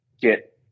get